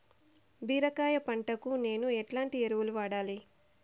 బీరకాయ పంటకు నేను ఎట్లాంటి ఎరువులు వాడాలి?